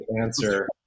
answer